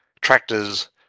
tractors